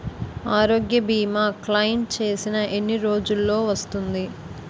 ఆరోగ్య భీమా క్లైమ్ చేసిన ఎన్ని రోజ్జులో వస్తుంది?